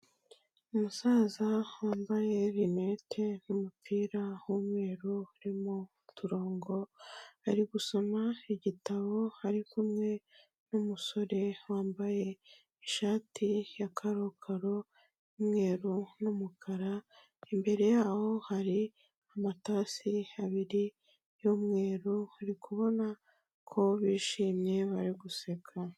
Umusaza wambaye rinete n'umupira w'umweru urimo uturongo, ari gusoma igitabo ari kumwe n'umusore wambaye ishati ya karokaro, y'umweru, n'umukara, imbere yabo hari amatasi abiri y'umweru bari kubona ko bishimye bari guseka.